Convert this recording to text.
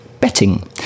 betting